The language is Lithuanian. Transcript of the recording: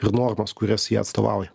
ir normas kurias jie atstovauja